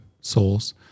souls